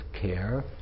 care